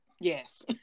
Yes